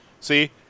See